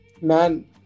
Man